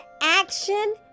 action